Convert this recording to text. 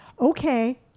okay